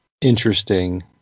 interesting